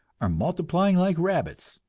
are multiplying like rabbits.